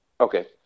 Okay